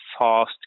fast